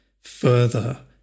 further